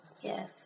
Yes